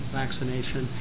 vaccination